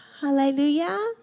Hallelujah